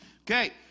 Okay